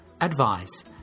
advice